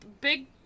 big